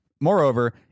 Moreover